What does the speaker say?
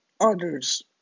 others